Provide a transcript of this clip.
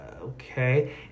okay